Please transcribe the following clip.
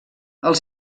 els